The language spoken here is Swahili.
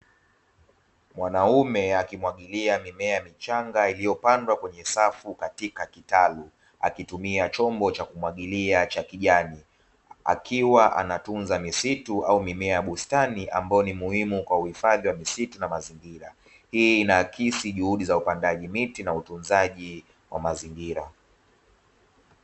Mwanaume akimwagilia mimea michanga iliyopandwa kwenye safu katika kitalu, akitumia chombo cha kumwagilia cha kijani, akiwa anatunza misitu ama mimea ya bustani ambayo ni muhimu kwa uhifadhi wa misitu na mazingira. Hii inaakisi juhudi za upandaji miti na utunzaji wa mazingira.